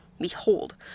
Behold